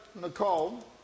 Nicole